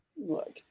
Look